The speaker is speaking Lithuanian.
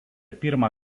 pirmą